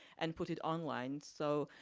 and put it online, so